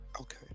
Okay